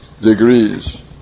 degrees